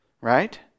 right